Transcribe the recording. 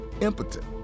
impotent